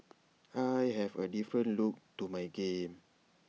I have A different look to my game